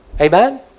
Amen